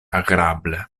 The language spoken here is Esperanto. agrable